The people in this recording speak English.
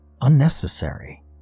unnecessary